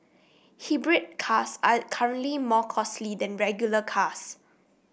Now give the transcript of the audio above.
hybrid cars are currently more costly than regular cars